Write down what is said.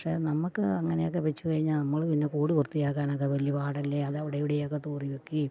പക്ഷേ നമുക്ക് അങ്ങനെയൊക്കെ വച്ച് കഴിഞ്ഞാൽ നമ്മൾ പിന്നെ കൂട് വൃത്തിയാക്കാനാക്ക വലിയ പാടല്ലേ അത് അവിടെ ഇവിടെയൊക്കെ തൂറി വെക്കുകയും